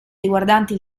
riguardanti